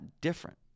different